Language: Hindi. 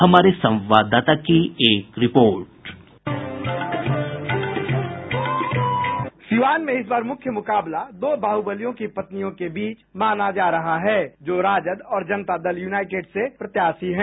हमारे संवाददाता की रिपोर्ट बाईट सिवान में इस बार मुख्य मुकाबला दो बाहुबलियों की पत्नियों के बीच माना जा रहा है जो राजद और जनता दल यूनाइटेड से प्रत्याशी हैं